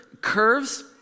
curves